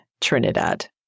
Trinidad